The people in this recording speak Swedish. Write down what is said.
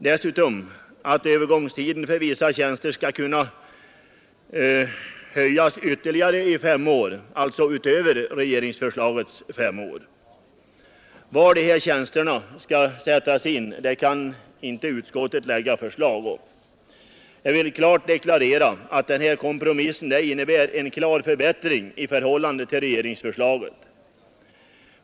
Dessutom skall övergångstiden för vissa tjänster kunna utsträckas ytterligare fem år utöver regeringsförslagets fem år. Var dessa tjänster skall sättas in kan utskottet ej lägga fram förslag om. Jag vill klart deklarera att kompromissen innebär en betydande förbättring i förhållandet till regeringsförslaget.